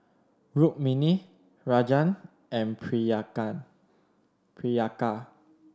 Rukmini Rajan and Priyanka